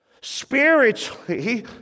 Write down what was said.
Spiritually